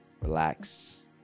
relax